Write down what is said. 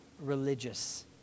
religious